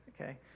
okay